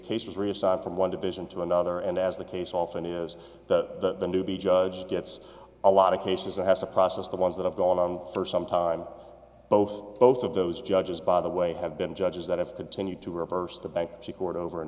from one division to another and as the case often is that the newbie judge gets a lot of cases that has to process the ones that have gone on for some time both both of those judges by the way have been judges that have continued to reverse the bankruptcy court over and